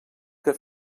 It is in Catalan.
que